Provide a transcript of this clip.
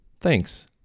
Thanks